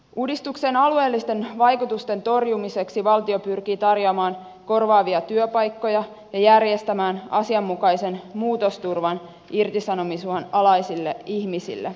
uudistuksen alueellisten vaikutusten torjumiseksi valtio pyrkii tarjoamaan korvaavia työpaikkoja ja järjestämään asianmukaisen muutosturvan irtisanomisuhan alaisille ihmisille